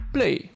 Play